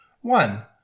One